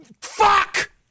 Fuck